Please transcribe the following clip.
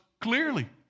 clearly